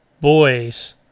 Boys